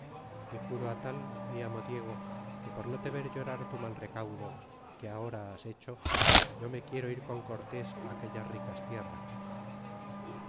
e juro a tal mi amo diego que por no te ver llorar tu mal recaudo que ahora has hecho yo me quiero ir con cortes aquellas ricas tierras